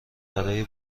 برای